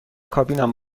کابینم